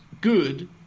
good